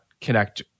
connect